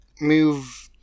move